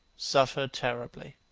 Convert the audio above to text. suffer terribly.